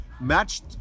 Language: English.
Matched